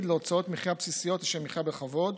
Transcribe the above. להוצאות מחיה בסיסיות לשם מחיה בכבוד.